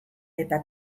eta